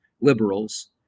liberals